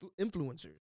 influencers